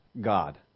God